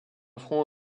front